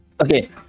Okay